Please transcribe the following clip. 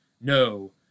no